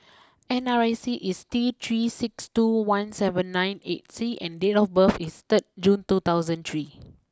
N R I C is T three six two one seven nine eight C and date of birth is two thousand three